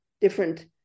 different